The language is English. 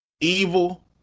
evil